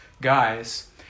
Guys